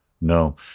No